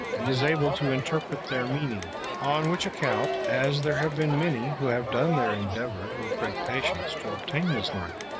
and is able to interpret their meaning on which account, as there have been many who have done their endeavors with great patience to obtain this learning,